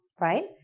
right